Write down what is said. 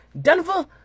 Denver